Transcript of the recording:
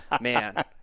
man